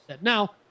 Now